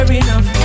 enough